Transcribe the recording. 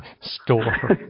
store